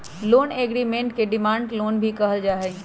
loan agreement के demand loan भी कहल जा हई